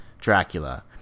dracula